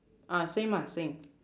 ah same lah same